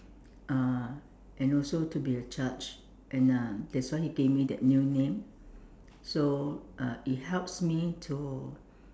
uh and also to be the judge and uh that's why he gave me that new name so uh it helps me to